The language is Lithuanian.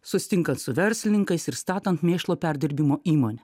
susitinkant su verslininkais ir statant mėšlo perdirbimo įmonę